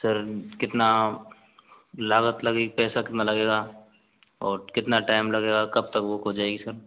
sir कितना लागत लगेगी पैसा कितना लगेगा और कितना टाइम लगेगा कब तक बुक हो जाएगी सर